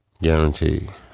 Guaranteed